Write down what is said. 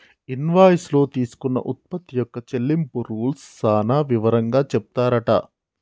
invoice లో తీసుకున్న ఉత్పత్తి యొక్క చెల్లింపు రూల్స్ సాన వివరంగా చెపుతారట